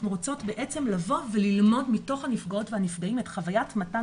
רוצות בעצם לבוא וללמוד מתוך הנפגעות והנפגעים את חווית מתן